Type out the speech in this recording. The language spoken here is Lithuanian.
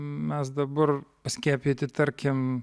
mes dabar paskiepyti tarkim